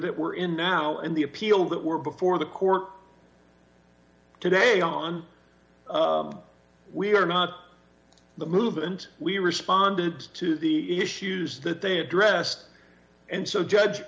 that we're in now in the appeal that were before the court today on we are not the movement we responded to the issues that they addressed and so judge